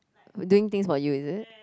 doing things for you is it